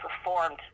performed